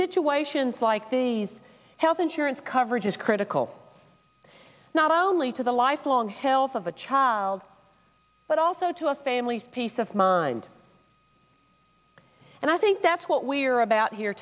situations like these health insurance coverage is critical not only to the lifelong health of a child but also to a family of mind and i think that's what we're about here